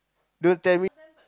don't tell me